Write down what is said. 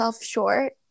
short